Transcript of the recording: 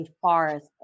forest